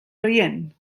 rient